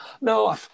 No